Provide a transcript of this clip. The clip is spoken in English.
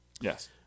Yes